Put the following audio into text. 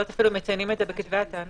יודעת אם אפילו מציינים את זה בכתבי הטענות.